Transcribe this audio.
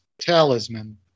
talisman